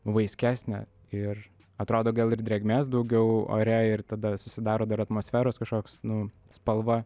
vaiskesnė ir atrodo gal ir drėgmės daugiau ore ir tada susidaro dar atmosferos kažkoks nu spalva